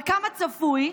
אבל כמה צפוי,